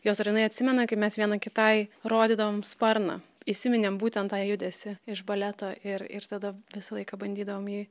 jos ar jinai atsimena kai mes viena kitai rodydavom sparną įsiminėm būtent tą judesį iš baleto ir ir tada visą laiką bandydavom jį